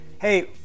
Hey